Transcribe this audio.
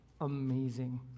amazing